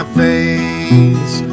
face